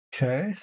Okay